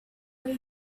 way